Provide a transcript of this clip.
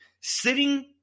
sitting